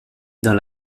dans